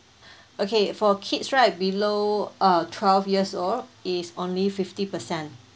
okay for kids right below uh twelve years old is only fifty percent